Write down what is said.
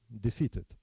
defeated